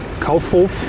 Kaufhof